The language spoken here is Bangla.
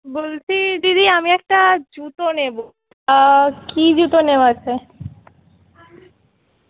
বলছি দিদি আমি একটা জুতো নেবো কী জুতো নেওয়া আছে